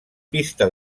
pista